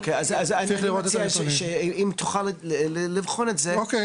טוב, אז אני מציע שאם תוכל לבחון את זה אז אולי